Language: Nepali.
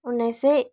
उन्नाइस सय